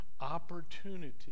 opportunity